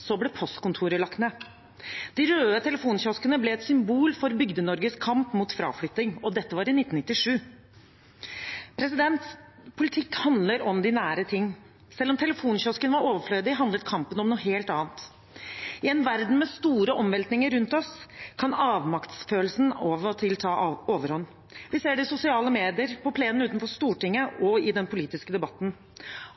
Så ble postkontoret lagt ned. De røde telefonkioskene ble et symbol for Bygde-Norges kamp mot fraflytting. Og dette var i 1997. Politikk handler om de nære ting. Selv om telefonkiosken var overflødig, handlet kampen om noe helt annet. I en verden med store omveltninger rundt oss kan avmaktsfølelsen av og til ta overhånd. Vi ser det i sosiale medier, på plenen utenfor Stortinget og i den politiske debatten.